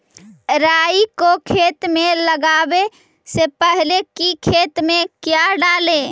राई को खेत मे लगाबे से पहले कि खेत मे क्या डाले?